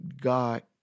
God